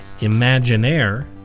Imaginaire